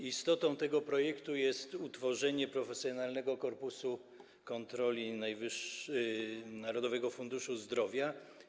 Istotą tego projektu jest utworzenie profesjonalnego korpusu kontroli Narodowego Funduszu Zdrowia.